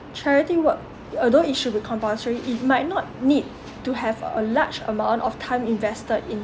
charity work although it should be compulsory it might not need to have a large amount of time invested in